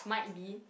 might be